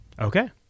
Okay